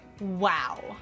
Wow